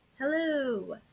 hello